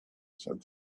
said